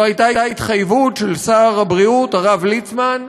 זו הייתה התחייבות של שר הבריאות, הרב ליצמן,